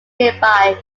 nearby